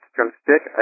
Drumstick